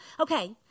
okay